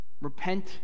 Repent